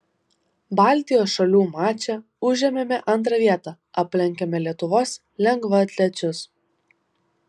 baltijos šalių mače užėmėme antrą vietą aplenkėme lietuvos lengvaatlečius